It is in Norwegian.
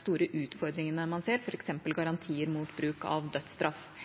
store utfordringene man ser, f.eks. garantier mot bruk av dødsstraff.